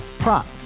Prop